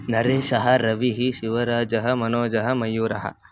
नरेशः रविः शिवराजः मनोजः मयूरः